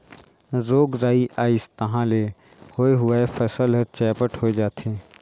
रोग राई अइस तहां ले होए हुवाए फसल हर चैपट होए जाथे